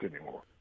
anymore